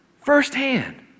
firsthand